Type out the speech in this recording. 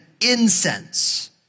incense